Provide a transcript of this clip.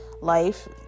life